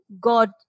God